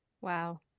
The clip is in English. wow